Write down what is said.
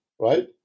right